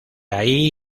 ahí